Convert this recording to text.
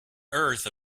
earth